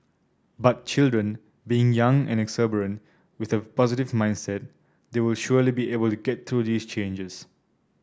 but children being young and exuberant with a positive mindset they will surely be able to get through these changes